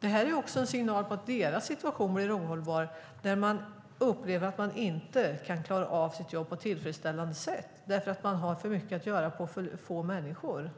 Detta är också en signal om att deras situation blir ohållbar när de upplever att de inte kan klara av sitt jobb på ett tillfredsställande sätt på grund av att det är för mycket att göra för så få människor.